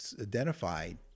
identified